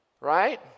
right